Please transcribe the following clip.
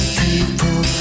people